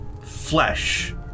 flesh